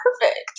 perfect